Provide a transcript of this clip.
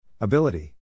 Ability